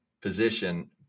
position